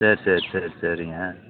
சரி சரி சரி சரிங்க